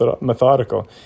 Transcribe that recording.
methodical